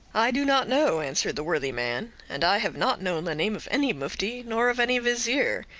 i do not know, answered the worthy man, and i have not known the name of any mufti, nor of any vizier.